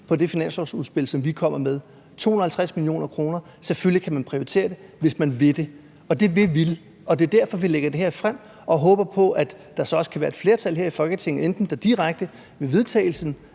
i det finanslovsudspil, som vi kommer med. Selvfølgelig kan man prioritere at bruge 250 mio. kr., hvis man vil. Det vil vi, og det er derfor, vi lægger det her frem og håber på, at der så også kan være et flertal her i Folketinget, som enten direkte igennem en vedtagelse